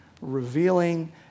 revealing